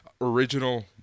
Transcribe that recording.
original